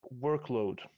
workload